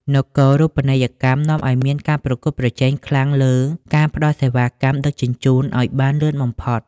នគរូបនីយកម្មនាំឱ្យមានការប្រកួតប្រជែងខ្លាំងលើ "ការផ្ដល់សេវាកម្មដឹកជញ្ជូនឱ្យបានលឿនបំផុត" ។